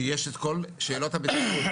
שיש את כל שאלות הבטיחות כל פעם.